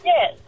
Yes